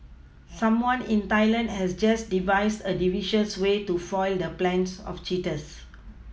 someone in Thailand has just devised a devious way to foil the plans of cheaters